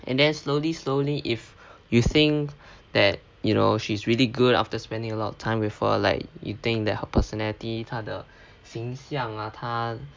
and then slowly slowly if you think that you know she's really good after spending a lot of time with her like you think that her personality 她的形象 ah 他